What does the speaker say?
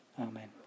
Amen